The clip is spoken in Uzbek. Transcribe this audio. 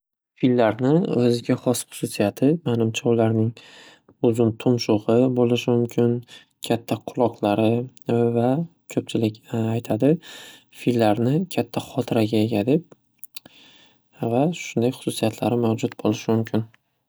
Fillarni o‘ziga hos hususiyati manimcha ularning uzun tumshug‘i bo‘lishi mumkin. Katta quloqlari v- va ko‘pchilik aytadi: "Fillarni katta hotirga ega" deb va shunday hususiyatlari mavjud bo‘lishi mumkin.